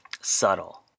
subtle